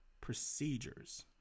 procedures